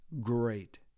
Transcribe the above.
great